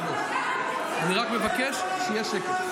--- אני רק מבקש שיהיה שקט.